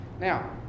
Now